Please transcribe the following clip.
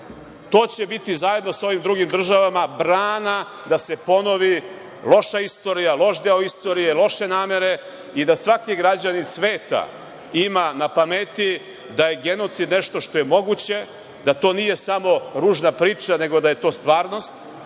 to će biti zajedno sa ovim drugim državama brana da se ponovi loša istorija, loš deo istorije, loše namere i da svaki građanin sveta ima na pameti da je genocid nešto što je moguće, da to nije samo ružna priča, nego da je to stvarnost